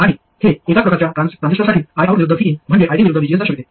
आणि हे एकाच प्रकारच्या ट्रान्झिस्टरसाठी Iout विरुद्ध Vin म्हणजे ID विरूद्ध VGS दर्शविते